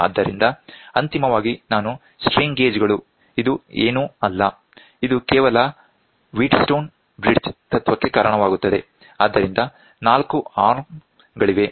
ಆದ್ದರಿಂದ ಅಂತಿಮವಾಗಿ ನಾನು ಸ್ಟ್ರೈನ್ ಗೇಜ್ ಗಳು ಇದು ಏನೂ ಅಲ್ಲ ಇದು ಕೇವಲ ವೀಟ್ಸ್ಟೋನ್ ಬ್ರಿಡ್ಜ್ ತತ್ವಕ್ಕೆ ಕಾರಣವಾಗುತ್ತದೆ ಆದ್ದರಿಂದ ನಾಲ್ಕು ಅರ್ಮ್ ಗಳಿವೆ